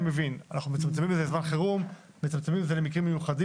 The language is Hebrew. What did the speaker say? אני מבין שאנחנו מצמצמים את זה לזמן חירום ולמקרים מיוחדים